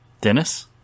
Dennis